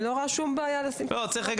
אני לא רוצה שום בעיה -- צריך רגע